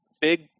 big